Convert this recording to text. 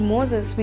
Moses